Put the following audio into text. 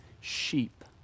sheep